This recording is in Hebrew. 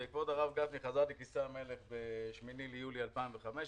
כשכבוד הרב גפני חזר לכיסא המלך ב-8 ביולי 2015,